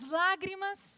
lágrimas